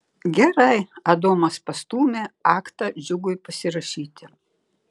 gerai adomas pastūmė aktą džiugui pasirašyti